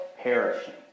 perishing